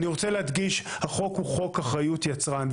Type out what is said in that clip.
אני רוצה להדגיש, החוק הוא חוק אחריות יצרן.